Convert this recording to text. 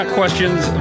questions